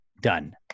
Done